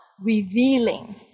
revealing